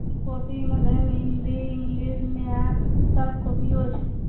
उ कॉपीमे दहिन हिन्दी इंग्लिश मैथ सब कॉपियो छै